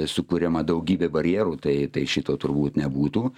sukuriama daugybė barjerų tai tai šito turbūt nebūtų